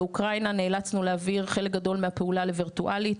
באוקראינה נאלצנו להעביר חלק גדול מהפעולה לווירטואלית